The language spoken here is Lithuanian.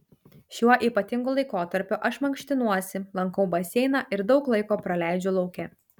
šiuo ypatingu laikotarpiu aš mankštinuosi lankau baseiną ir daug laiko praleidžiu lauke